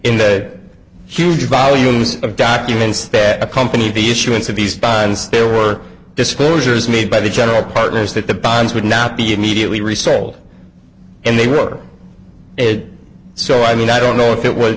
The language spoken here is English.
in that huge volumes of documents that accompanied the issuance of these bonds there were disclosures made by the general partners that the bonds would not be immediately resold and they were so i mean i don't know if it was